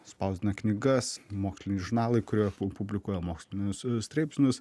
spausdina knygas moksliniai žurnalai kurie publikuoja mokslinius straipsnius